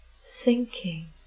sinking